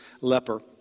leper